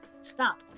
Stop